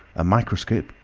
a microscope,